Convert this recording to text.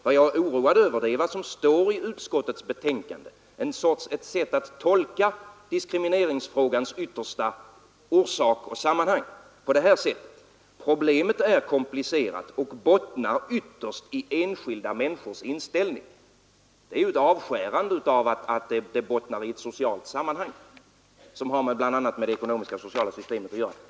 Men jag är oroad över vad som står i utskottets betänkande — ett sätt att tolka diskrimineringsfrågans yttersta orsak och sammanhang. Problemet är komplicerat, och det bottnar ytterst i de enskilda människornas inställning. Det bottnar i ett socialt sammanhang, som bl.a. har med det ekonomiska och sociala systemet att göra.